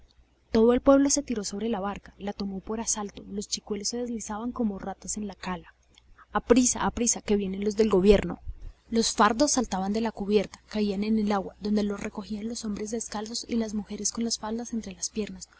todo el pueblo se tiró sobre la barca la tomó por asalto los chicuelos se deslizaban como ratas en la cala aprisa aprisa que vienen los del gobierno los fardos saltaban de la cubierta caían en el agua donde los recogían los hombres descalzos y las mujeres con la falda entre las piernas